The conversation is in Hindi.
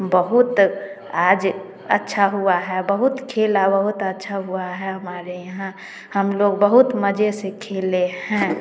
बहुत आज अच्छा हुआ है बहुत खेला बहुत अच्छा हुआ है हमारे यहाँ हम लोग बहुत मजे से खेले हैं